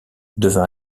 devint